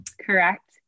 correct